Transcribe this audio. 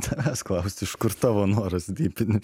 tavęs klaust iš kur tavo noras dypin